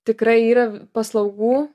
tikrai yra paslaugų